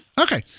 Okay